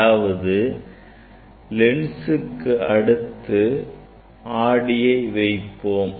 அதாவது லென்சுக்கு அடுத்து ஆடியை வைப்போம்